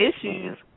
issues